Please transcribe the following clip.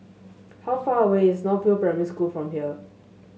how far away is North View Primary School from here